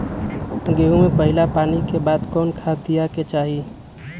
गेंहू में पहिला पानी के बाद कौन खाद दिया के चाही?